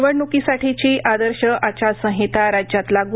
निवडण्कीसाठीची आदर्श आचारसंहिता राज्यात लागू